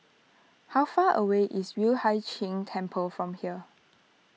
how far away is Yueh Hai Ching Temple from here